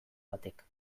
batek